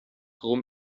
rom